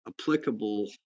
applicable